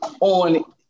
on